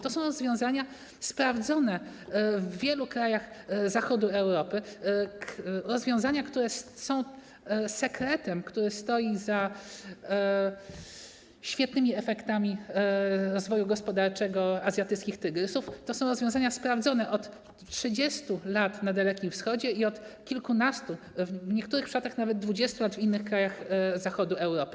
To są rozwiązania sprawdzone w wielu krajach zachodu Europy, rozwiązania będące sekretem, który stoi za świetnymi efektami rozwoju gospodarczego azjatyckich tygrysów, rozwiązania sprawdzone od 30 lat na Dalekim Wschodzie i od kilkunastu, w niektórych przypadkach nawet od 20 lat, w innych krajach zachodu Europy.